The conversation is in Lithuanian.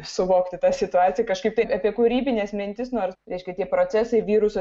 suvokti tą situaciją kažkaip tai apie kūrybines mintis nors reiškia tie procesai viruso